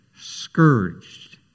scourged